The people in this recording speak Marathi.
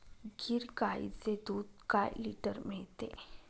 गीर गाईचे दूध काय लिटर मिळते?